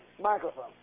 microphone